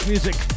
music